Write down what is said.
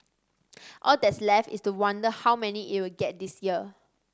all that's left is to wonder how many it'll get this year